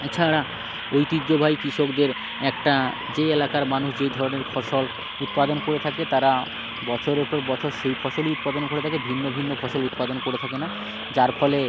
এছাড়া ঐতিহ্যবাহী কৃষকদের একটা যে এলাকার মানুষ যেই ধরনের ফসল উৎপাদন করে থাকে তারা বছরের পর বছর সেই ফসলই উৎপাদন করে থাকে ভিন্ন ভিন্ন ফসল উৎপাদন করে থাকে না যার ফলে